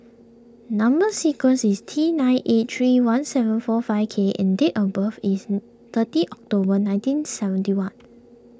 Number Sequence is T nine eight three one seven four five K and date of birth is thirty October nineteen seventy one